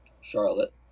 Charlotte